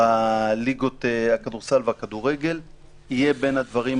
אני הולך בדרך שלי.